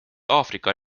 aafrika